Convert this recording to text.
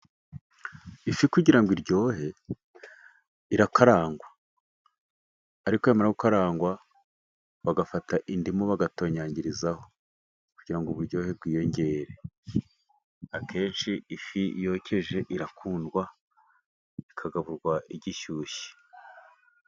Ifi kugira ngo iryohe irakarangwa, ariko yamara gukarangwa, bagafata indimu bagatonyangirizaho, kugira ngo uburyohe bwiyongere, akenshi ifi yokeje irakundwa ikagaburwa igishyushye.